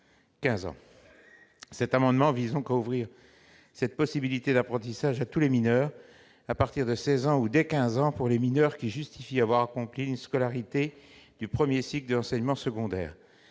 15 ans. Cet amendement vise donc à ouvrir cette possibilité d'apprentissage à tous les mineurs à partir de 16 ans, ou dès 15 ans pour ceux qui justifient avoir accompli la scolarité du premier cycle de l'enseignement secondaire.